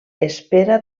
espera